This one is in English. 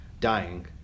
dying